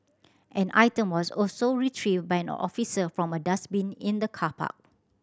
an item was also retrieved by an officer from a dustbin in the car park